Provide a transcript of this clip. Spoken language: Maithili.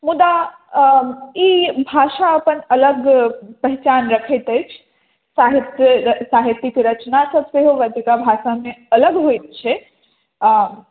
मुदा ई भाषा अपन अलग पहचान रखैत अछि साहित्य साहित्यिक रचना सब सेहो एतुका भाषामे अलग होइत छै